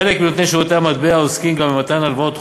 חלק מנותני שירותי המטבע עוסקים גם במתן הלוואות חוץ-בנקאיות,